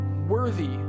worthy